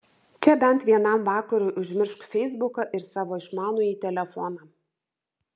čia bent vienam vakarui užmiršk feisbuką ir savo išmanųjį telefoną